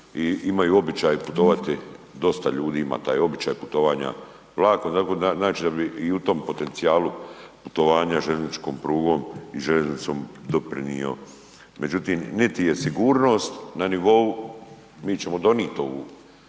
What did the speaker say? imaju običaj putovati dosta ljudi ima taj običaj putovanja vlakom, znači da bi i u tom potencijalu putovanja željezničkom prugom i željeznicom doprinjeo. Međutim niti je sigurnost na nivou, mi ćemo donijet ovu